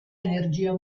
energia